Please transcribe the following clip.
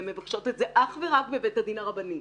והן מבקשות אך ורק בבית הדין הרבני.